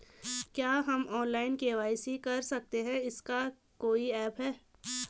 क्या हम online KYC कर सकते हैं इसका कोई ऐप है?